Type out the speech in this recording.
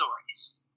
stories